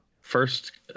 first